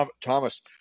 thomas